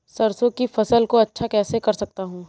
सरसो की फसल को अच्छा कैसे कर सकता हूँ?